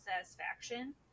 satisfaction